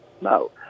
No